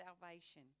salvation